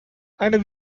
eine